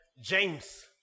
James